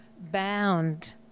bound